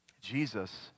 Jesus